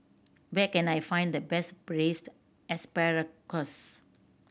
where can I find the best Braised Asparagus